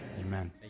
Amen